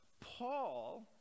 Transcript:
Paul